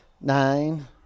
nine